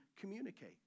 communicate